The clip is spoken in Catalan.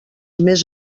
més